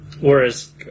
whereas